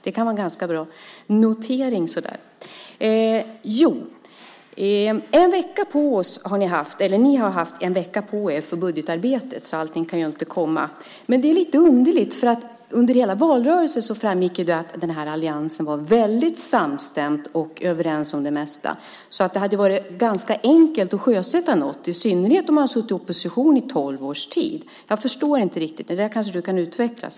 Det kan vara en ganska bra notering. Ni har haft en vecka på er för budgetarbetet, så allting kan inte komma med. Men det är lite underligt, för under hela valrörelsen framgick det att den här alliansen var väldigt samstämd och överens om det mesta. Det hade varit ganska enkelt att sjösätta något, i synnerhet om man har suttit i opposition i tolv års tid. Jag förstår inte riktigt. Det där kanske du kan utveckla, Sven.